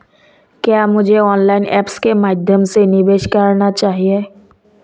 क्या मुझे online apps के माध्यम से निवेश करना चाहिए?